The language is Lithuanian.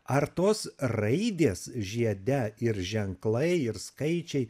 ar tos raidės žiede ir ženklai ir skaičiai